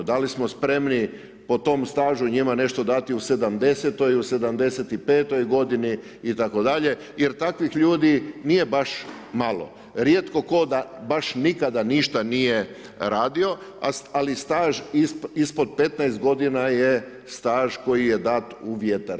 Da li smo spremni po tom stažu, njima nešto dati u 70-oj, u 75-oj godini itd., jer takvih ljudi nije baš malo, rijetko tko da baš nikada ništa nije radio, ali staž ispod 15 godina je staž koji je dat u vjetar.